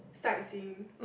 sightseeing